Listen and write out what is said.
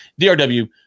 DRW